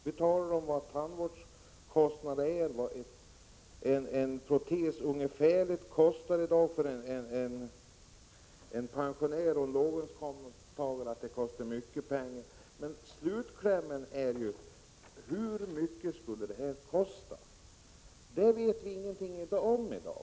Vi talar om tandvårdskostnader och vad en protes ungefärligt kan kosta för en pensionär eller en låginkomsttagare. En protes kostar mycket pengar. Slutklämmen är: Hur mycket skulle det här kosta? Vi vet inget om kostnaden i dag.